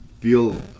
Feel